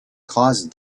caused